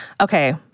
Okay